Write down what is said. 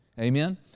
Amen